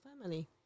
family